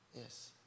Yes